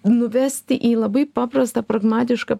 nuvesti į labai paprastą pragmatišką